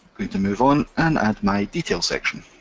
we can move on and add my detail section.